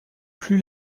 plus